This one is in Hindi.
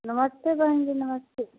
नमस्ते बहन जी नमस्ते